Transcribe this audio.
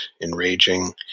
enraging